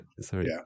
Sorry